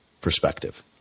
perspective